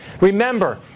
Remember